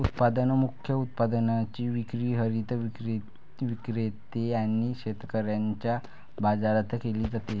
उत्पादन मुख्य उत्पादनाची विक्री हरित विक्रेते आणि शेतकऱ्यांच्या बाजारात केली जाते